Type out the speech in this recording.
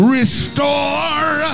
Restore